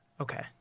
Okay